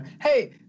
Hey